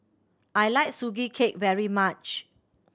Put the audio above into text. I like Sugee Cake very much